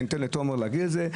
אני אתן לתומר להגיד את זה.